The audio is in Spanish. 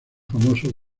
famosos